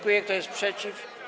Kto jest przeciw?